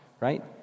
right